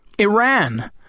Iran